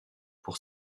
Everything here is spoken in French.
pour